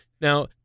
now